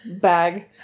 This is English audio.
bag